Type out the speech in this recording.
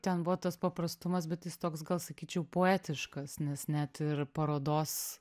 ten buvo tas paprastumas bet jis toks gal sakyčiau poetiškas nes net ir parodos